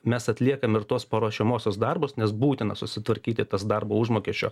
mes atliekam ir tuos paruošiamuosius darbus nes būtina susitvarkyti tas darbo užmokesčio